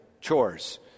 chores